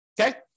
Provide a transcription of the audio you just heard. okay